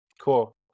Cool